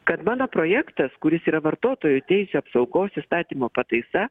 kad mano projektas kuris yra vartotojų teisių apsaugos įstatymo pataisa